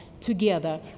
together